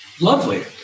Lovely